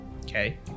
Okay